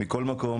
מכל מקום,